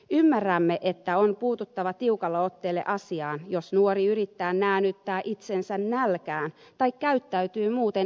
ymmärrämme että on puututtava tiukalla otteella asiaan jos nuori yrittää näännyttää itsensä nälkään tai käyttäytyy muuten itsetuhoisesti